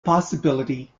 possibility